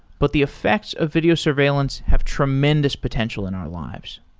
but the effects of video surveillance have tremendous potential in our lives.